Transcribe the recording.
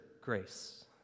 grace